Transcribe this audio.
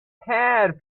had